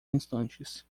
instantes